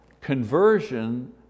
conversion